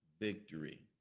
victory